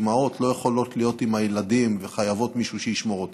אימהות שלא יכולות להיות עם הילדים וחייבות מישהו שישמור עליהם,